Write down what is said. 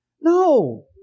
no